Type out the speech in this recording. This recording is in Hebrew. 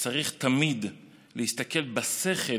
צריך תמיד להסתכל בשכל